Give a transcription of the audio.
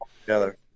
together